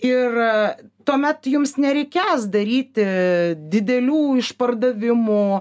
ir tuomet jums nereikės daryti didelių išpardavimų